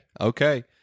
okay